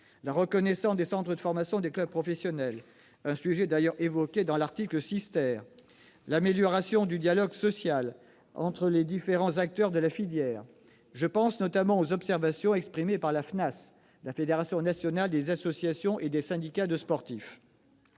la reconnaissance des centres de formation des clubs professionnels, sujet évoqué à l'article 6 ,et de l'amélioration du dialogue social entre les différents acteurs de la filière. Je pense notamment aux observations de la Fédération nationale des associations et syndicats de sportifs,